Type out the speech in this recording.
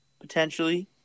potentially